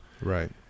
Right